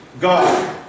God